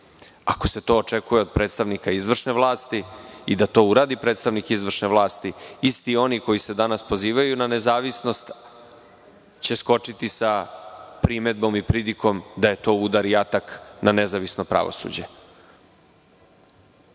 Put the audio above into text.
se to očekuje od predstavnika izvršne vlasti i da to uradi predstavnik izvršne vlasti, isti oni koji se danas pozivaju na nezavisnost će skočiti sa primedbom i pridikom da je to udar i atak na nezavisno pravosuđe,